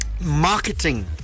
Marketing